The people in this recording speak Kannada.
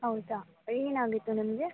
ಹೌದಾ ಏನು ಆಗಿತ್ತು ನಿಮಗೆ